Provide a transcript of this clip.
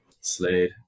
Slade